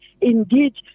indeed